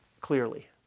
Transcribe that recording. clearly